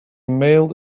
mailed